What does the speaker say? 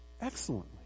excellently